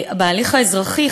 בהליך האזרחי,